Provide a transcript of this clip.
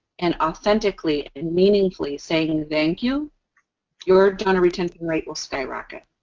and authentically and meaningfully saying, thank you your donor retention rate will skyrocket.